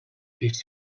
its